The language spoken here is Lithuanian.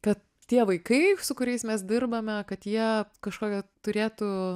kad tie vaikai su kuriais mes dirbame kad jie kažkokią turėtų